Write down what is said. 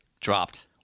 Dropped